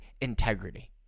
integrity